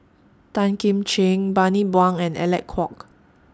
Tan Kim Ching Bani Buang and Alec Kuok